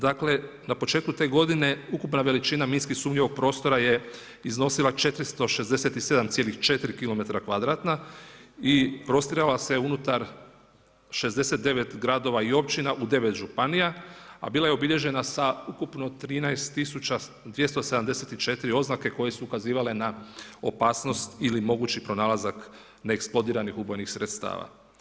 Dakle, na početku te godine ukupna veličina minski sumnjivog prostora je iznosila 467,4 kilometra kvadratna i prostirala se unutar 69 gradova i općina u 9 županija, a bila je obilježena sa ukupno 13 tisuća 274 oznake koje su ukazivale na opasnost ili mogući pronalazak neeksplodiranih ubojnih sredstava.